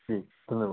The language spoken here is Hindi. जी धन्य